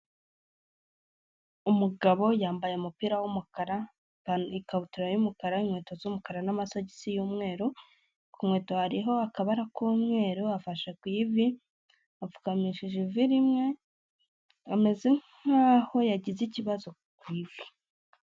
Umugabo yambaye umupira w’ umukara, ikabutura y' umukara, n' inkweto z' umukara, n' amasogisi y' umweru, k’ ikwete hariho akabara k' umweru, afasha k’ ivi apfukamishije ivi rimwe ameze nkaho yagize ikibazo k’ ivi.